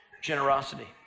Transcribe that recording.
generosity